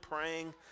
praying